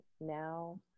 now